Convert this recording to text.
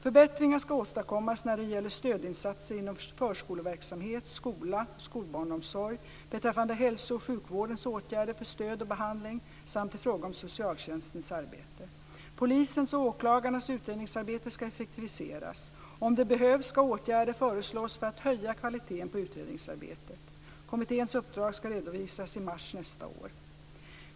Förbättringar ska åstadkommas när det gäller stödinsatserna inom förskoleverksamhet, skola och skolbarnomsorg, beträffande hälsooch sjukvårdens åtgärder för stöd och behandling samt i fråga om socialtjänstens arbete. Polisens och åklagarnas utredningsarbete ska effektiviseras. Om det behövs ska åtgärder föreslås för att höja kvaliteten på utredningsarbetet. Kommitténs uppdrag ska redovisas i mars 2001.